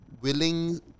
willing